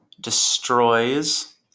destroys